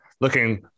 looking